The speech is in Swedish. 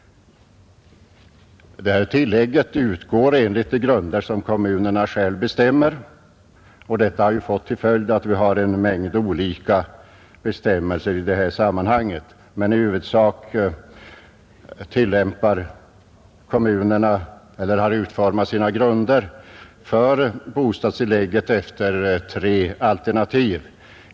Detta tillägg utgår efter grunder som kommunerna själva bestämmer, och det har fått till följd att vi har en mängd olika bestämmelser i detta sammanhang. Men i huvudsak har kommunerna utformat grunderna för bostadstillägget enligt tre alternativ.